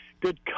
good